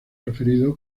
referido